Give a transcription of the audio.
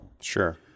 Sure